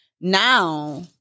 Now